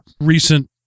recent